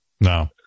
No